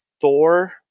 thor